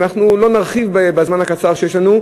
ואנחנו לא נרחיב בזמן הקצר שיש לנו,